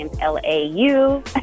L-A-U